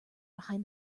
behind